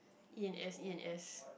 E_N_S E_N_S